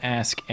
ask